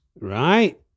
Right